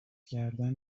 کردن